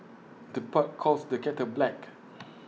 the pot calls the kettle black